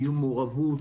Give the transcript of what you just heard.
תהיה מעורבות,